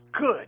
good